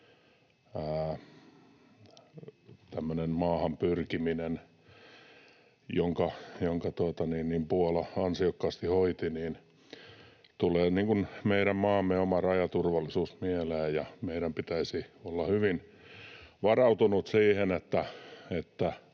maahan pyrkiminen, jonka Puola ansiokkaasti hoiti, tulee meidän maamme oma rajaturvallisuus mieleen. Meidän pitäisi olla hyvin varautuneita siihen,